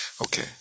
Okay